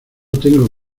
tengo